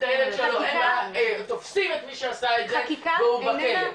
בילד שלו תופסים את מי שעשה את זה והוא בכלא,